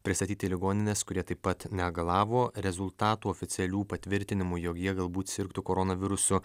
pristatyti į ligonines kurie taip pat negalavo rezultatų oficialių patvirtinimų jog jie galbūt sirgtų koronavirusu